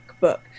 book